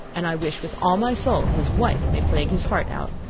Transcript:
and i wish with all my soul his wife may plague his heart out.